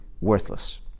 worthless